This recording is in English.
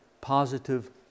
positive